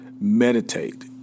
meditate